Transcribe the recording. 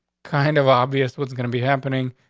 kind of obvious what's gonna be happening?